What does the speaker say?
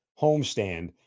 homestand